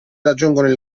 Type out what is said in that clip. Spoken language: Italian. raggiungono